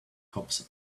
cops